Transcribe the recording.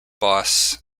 boss